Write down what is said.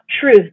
truth